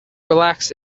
relaxed